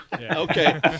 Okay